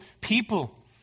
people